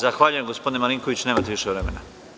Zahvaljujem gospodine Marinkoviću, nemate više vremena.